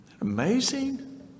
Amazing